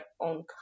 own